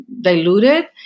diluted